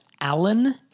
Allen